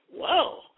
whoa